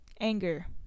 Anger